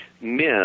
miss